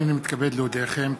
הנני מתכבד להודיעכם,